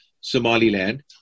Somaliland